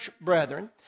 brethren